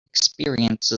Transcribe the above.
experience